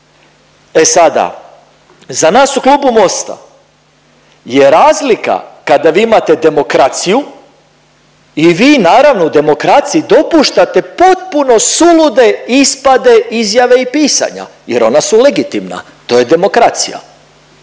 E sada za nas u Klubu Mosta je razlika kada vi imate demokraciju i vi naravno u demokraciji dopuštate potpuno sulude ispade, izjave i pisanja jer ona su legitimna, to je demokracija.